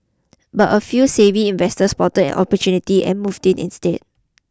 but a few savvy investors spotted an opportunity and moved in instead